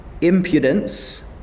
impudence